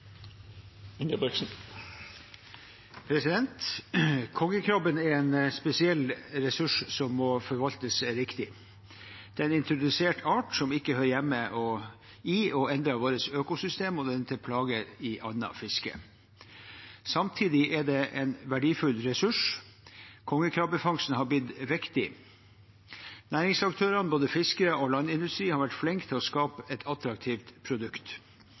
er en spesiell ressurs som må forvaltes riktig. Det er en introdusert art som ikke hører hjemme i, og som endrer, vårt økosystem, og den er til plage i annet fiske. Samtidig er den en verdifull ressurs. Kongekrabbefangsten har blitt viktig. Næringsaktørene, både fiskere og landindustri, har vært flinke til å skape et attraktivt produkt.